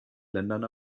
ländern